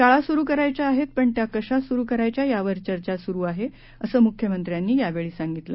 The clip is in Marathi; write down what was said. शाळा सुरु करायच्या आहेत पण त्या कशा सुरु करायच्या यावर चर्चा सुरु आहे असं मुख्यमंत्र्यांनी यावेळी सांगितलं